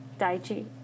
Daichi